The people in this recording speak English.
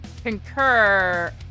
Concur